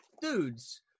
dudes